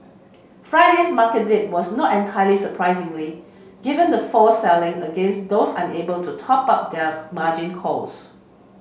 Friday's market dip was not entirely surprising given the forced selling against those unable to top up their margin calls